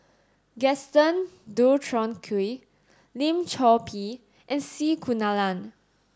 Gaston Dutronquoy Lim Chor Pee and C Kunalan